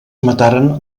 mataren